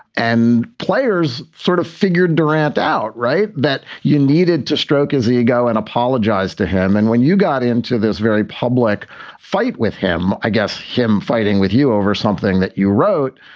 and players sort of figured durant out, right, that you needed to stroke his ego and apologize to him. and when you got into this very public fight with him, i guess him fighting with you over something that you wrote,